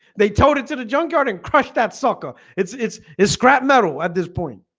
they towed it to the junkyard and crushed that sucker it's it's his scrap metal at this point.